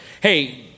hey